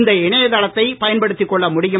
இந்த இணையதளத்தை பயன்படுத்திக் கொள்ள முடியும்